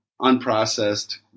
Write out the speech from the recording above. unprocessed